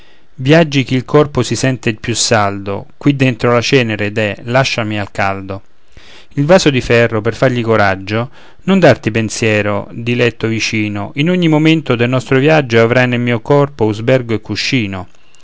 viaggi chi il corpo si sente più saldo qui dentro la cenere deh lasciami al caldo il vaso di ferro per fargli coraggio non darti pensiero diletto vicino in ogni momento del nostro viaggio avrai nel mio corpo usbergo e cuscino